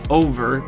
over